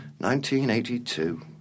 1982